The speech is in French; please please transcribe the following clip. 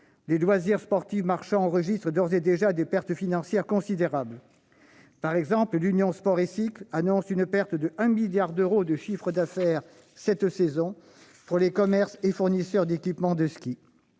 Les loisirs sportifs marchands enregistrent d'ores et déjà des pertes financières considérables. Par exemple, l'Union Sport & Cycle annonce une perte de 1 milliard d'euros de chiffre d'affaires cette saison pour les commerces et fournisseurs d'équipements de ski.